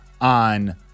on